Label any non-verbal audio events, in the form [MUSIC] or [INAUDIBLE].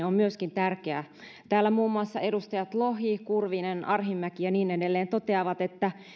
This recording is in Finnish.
[UNINTELLIGIBLE] on myöskin tärkeää täällä muun muassa edustajat lohi kurvinen arhinmäki ja niin edelleen toteavat että